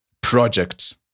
Project